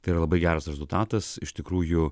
tai yra labai geras rezultatas iš tikrųjų